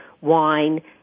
wine